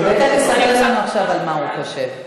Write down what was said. הוא בטח יספר לנו עכשיו על מה הוא חושב.